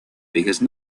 because